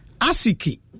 asiki